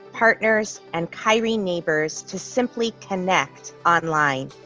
partners and kyrene neighbors to simply connect online.